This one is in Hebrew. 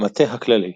במה הכללי.